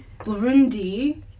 Burundi